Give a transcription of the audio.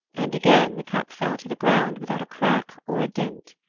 and again the cup fell to the ground without a crack or a dint.